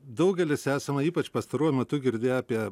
daugelis esame ypač pastaruoju metu girdėję apie